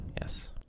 Yes